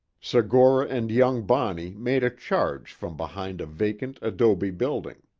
segura and young bonney made a charge from behind a vacant adobe building.